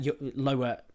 lower